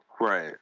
Right